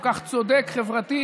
כל כך צודק חברתית,